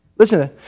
Listen